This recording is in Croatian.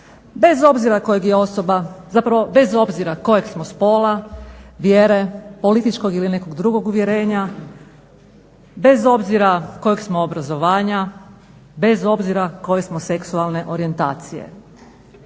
na jednak pristup svima bez obzira kojeg smo spola, vjere, političkog ili nekog drugog uvjerenja, bez obzira kojeg smo obrazovanja, bez obzira koje smo seksualne orjentacije.